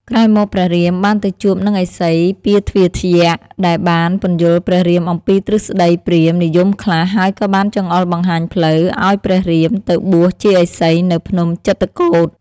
ក្រោយមកព្រះរាម បានទៅជួបនឹងឥសី ពារទ្វាទ្យ ដែលបានពន្យល់ព្រះរាមអំពីទ្រឹស្តីព្រាហ្មណ៍និយមខ្លះ ហើយក៏បានចង្អុលបង្ហាញផ្លូវ ឱ្យព្រះរាម ទៅបួសជាឥសីនៅភ្នំចិត្រកូដ។